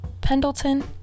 Pendleton